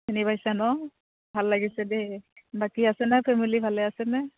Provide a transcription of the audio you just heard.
চিনি পাইছা ন ভাল লাগিছে দেই বাকী আছেনে ফেমিলী ভালে আছেনে